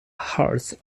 herds